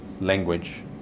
language